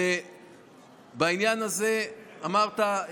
בעניין הזה אמרת,